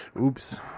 Oops